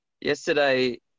Yesterday